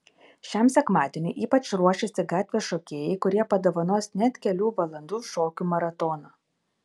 šiam sekmadieniui ypač ruošiasi gatvės šokėjai kurie padovanos net kelių valandų šokių maratoną